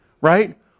Right